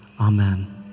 Amen